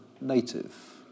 native